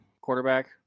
quarterback